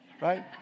right